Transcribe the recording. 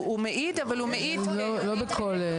לא בכלל.